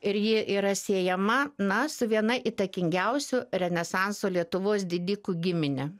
ir ji yra siejama na su viena įtakingiausių renesanso lietuvos didikų gimine